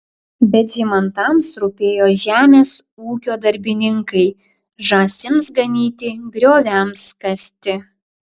bet žymantams rūpėjo žemės ūkio darbininkai žąsims ganyti grioviams kasti